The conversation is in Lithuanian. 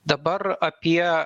dabar apie